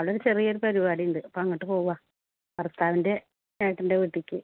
അവിടെ ഒരു ചെറിയ ഒരു പരുപാടി ഉണ്ട് അപ്പോൾ അങ്ങോട്ട് പോവാ ഭർത്താവിൻ്റെ ചേട്ടൻ്റെ വീട്ടിലേക്ക്